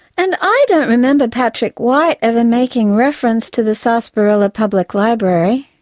and i don't remember patrick white ever making reference to the sarsaparilla public library.